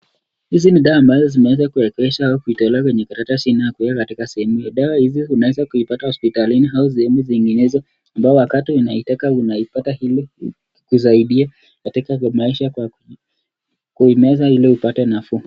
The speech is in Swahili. Hizi ni dawa ambazo zinaweza kuwekesha au kuitoa kwenye karatasi na kuweka katika sehemu hii. Dawa hizi unaweza kuzipata hospitalini au sehemu zinginezo ambazo wakati unaitaka unaipata ili kukusaidia katika maisha kwa kuimeza ile upate nafuu.